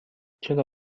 چرا